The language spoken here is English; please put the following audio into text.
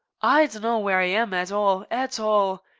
i dunno where i am, at all, at all.